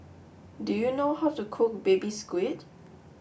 do you know how to cook Baby Squid